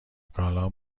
کالا